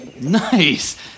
Nice